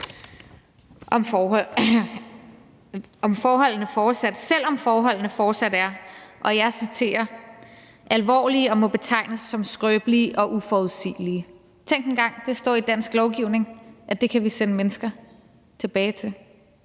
de er flygtet fra, selv om forholdene fortsat er »alvorlige og må betegnes som skrøbelige og uforudsigelige«. Tænk engang, det står i dansk lovgivning, at det kan vi sende mennesker tilbage til